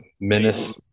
menace